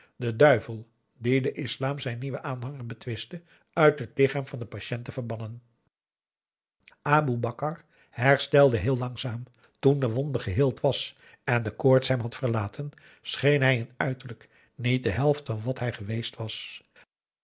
den duivel die den islam zijn nieuwen aanhanger betwistte uit het lichaam van den patiënt te verbannen aboe bakar herstelde heel langzaam toen de wonde geheeld was en de koorts hem had verlaten scheen hij in uiterlijk niet de helft van wat hij geweest was